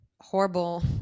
horrible